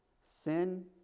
sin